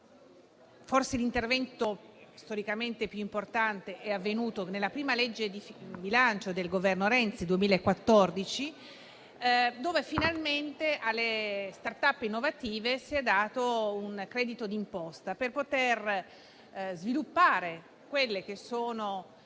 l'intervento forse storicamente più importante è avvenuto nella prima legge di bilancio del Governo Renzi, nel 2014, dove finalmente alle *start-up* innovative si è dato un credito d'imposta per poter sviluppare quelle imprese